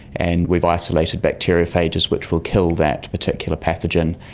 and we've isolated bacteriophages which will kill that particular pathogen.